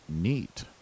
Neat